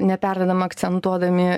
neperdedam akcentuodami